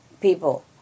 people